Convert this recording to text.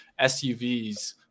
SUVs